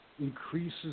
increases